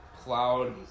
Cloud